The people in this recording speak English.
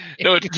no